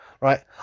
right